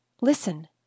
Listen